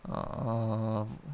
err